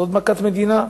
זאת מכת מדינה.